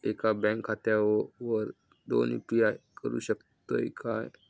एका बँक खात्यावर दोन यू.पी.आय करुक शकतय काय?